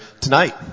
tonight